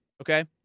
okay